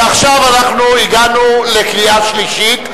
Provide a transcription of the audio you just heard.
עכשיו אנחנו הגענו לקריאה שלישית.